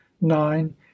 nine